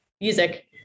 music